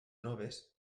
noves